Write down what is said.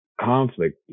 conflict